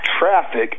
traffic